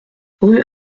rue